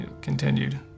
continued